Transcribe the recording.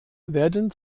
werden